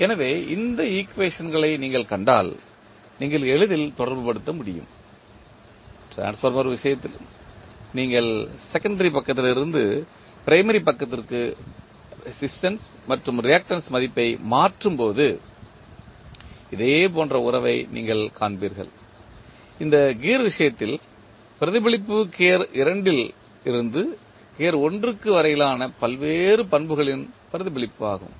எனவே இந்த ஈக்குவேஷன்களை நீங்கள் கண்டால் நீங்கள் எளிதில் தொடர்புபடுத்த முடியும் டிரான்ஸ்ஃபார்மர் விஷயத்திலும் நீங்கள் செகண்டரி பக்கத்திலிருந்து பிரைமரி பக்கத்திற்கு ரேசிஸ்டன்ஸ் மற்றும் ரிஆக்டன்ஸ் மதிப்பை மாற்றும்போது இதேபோன்ற உறவை நீங்கள் காண்பீர்கள் இந்த கியர் விஷயத்தில் பிரதிபலிப்பு கியர் 2 ல் இருந்து கியர் 1 க்கு வரையிலான பல்வேறு பண்புகளின் பிரதிபலிப்பு ஆகும்